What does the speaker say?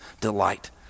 delight